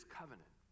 covenant